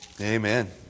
Amen